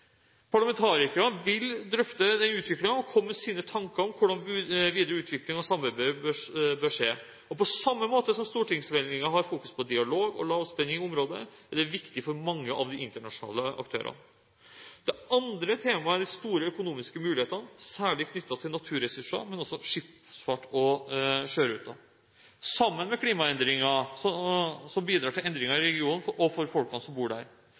Parlamentarikerne vil drøfte denne utviklingen og komme med sine tanker om hvordan den videre utviklingen av samarbeidet bør skje. På samme måte som stortingsmeldingen fokuserer på dialog og lavspenning i området, er det viktig for mange av de internasjonale aktørene. Det andre temaet er de store økonomiske mulighetene, særlig knyttet til naturressurser, men også til skipsfart og sjøruter, sammen med klimaendringer, som bidrar til endringer i regionen og for folkene som bor der.